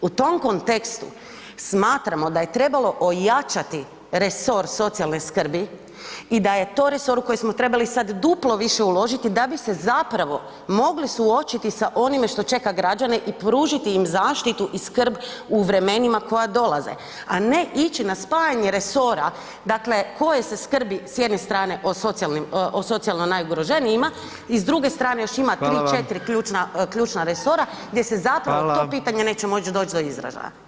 U tom kontekstu smatramo da je trebalo ojačati resor socijalne skrbi i da je to resor u koji smo sad trebali duplo više uložiti da bi se mogli suočiti sa onima što čeka građane i pružiti im zaštitu i skrb u vremenima koja dolaze, a ne ići na spajanje resora koje se skrbi s jedne strane o socijalno najugroženijima i s druge strane, još ima 3, 4 ključna resora gdje se zato to pitanje neće moći doći do izražaja.